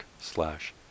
slash